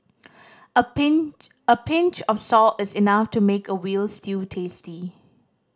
a pinch a pinch of salt is enough to make a veal stew tasty